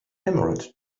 emerald